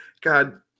God